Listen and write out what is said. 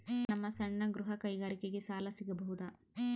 ನಮ್ಮ ಸಣ್ಣ ಗೃಹ ಕೈಗಾರಿಕೆಗೆ ಸಾಲ ಸಿಗಬಹುದಾ?